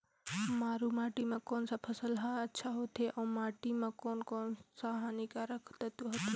मारू माटी मां कोन सा फसल ह अच्छा होथे अउर माटी म कोन कोन स हानिकारक तत्व होथे?